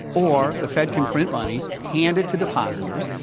or the fed can print money, hand it to depositors,